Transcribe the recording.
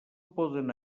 poden